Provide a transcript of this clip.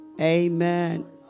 Amen